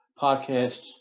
podcasts